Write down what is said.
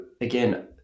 Again